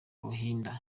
ruhinda